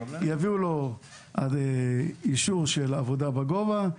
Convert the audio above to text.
יביאו לו אישור של עבודה בגובה,